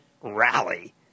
rally